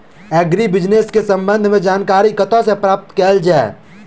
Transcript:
Agri business केँ संबंध मे जानकारी कतह सऽ प्राप्त कैल जाए?